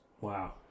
Wow